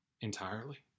entirely